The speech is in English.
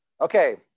Okay